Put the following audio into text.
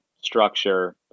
structure